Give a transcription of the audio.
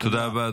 תודה רבה,